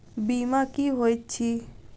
बीमा की होइत छी?